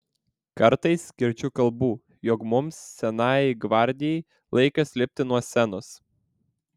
kartais girdžiu kalbų jog mums senajai gvardijai laikas lipti nuo scenos